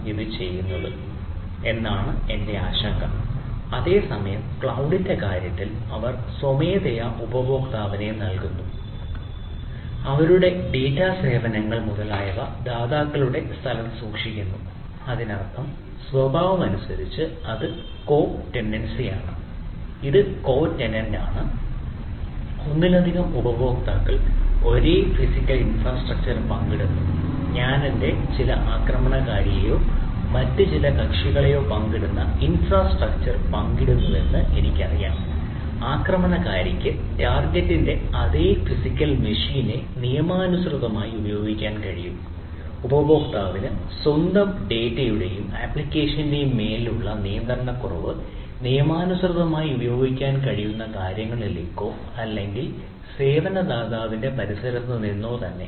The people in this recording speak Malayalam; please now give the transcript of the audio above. ഇത് കോ ടെനന്റാണ് നിയമാനുസൃതമായി ഉപയോഗിക്കാൻ കഴിയും ഉപഭോക്താവിന് സ്വന്തം ഡാറ്റയുടെയും ആപ്ലിക്കേഷന്റെയും മേലുള്ള നിയന്ത്രണക്കുറവ് നിയമാനുസൃതമായി ഉപയോഗിക്കാൻ കഴിയുന്ന കാര്യങ്ങളിലേക്കോ അല്ലെങ്കിൽ സേവന ദാതാവിന്റെ പരിസരത്ത് നിന്നോ തന്നെ